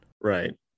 right